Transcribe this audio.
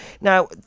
Now